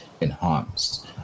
enhanced